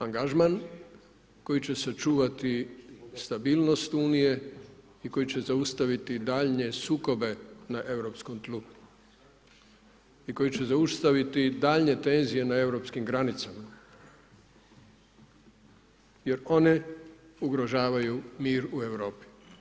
Angažman koji će sačuvati stabilnost Unije i koji će zaustaviti daljnje sukobe na europskom tlu i koji će zaustaviti daljnje tenzije na europskim granicama jer one ugrožavaju mir u Europi.